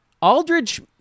Aldridge